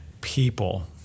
people